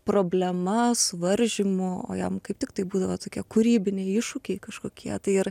problema suvaržymu o jam kaip tik tai būdavo tokie kūrybiniai iššūkiai kažkokie tai ir